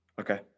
Okay